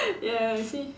ya you see